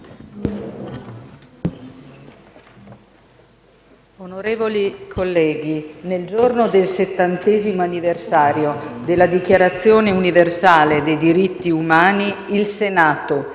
Onorevoli colleghi, nel giorno del 70° anniversario della Dichiarazione universale dei diritti umani, il Senato